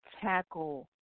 tackle